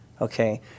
okay